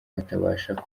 batabasha